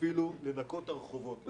לנקות את הרחובות שם.